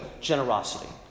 generosity